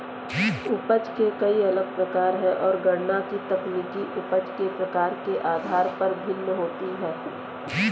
उपज के कई अलग प्रकार है, और गणना की तकनीक उपज के प्रकार के आधार पर भिन्न होती है